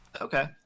okay